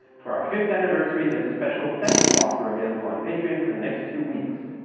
for our fifth anniversary there is a special thank you offer available on patreon for the next two weeks.